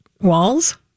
walls